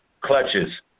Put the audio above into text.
clutches